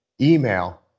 Email